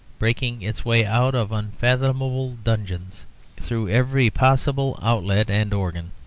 breaking its way out of unfathomable dungeons through every possible outlet and organ.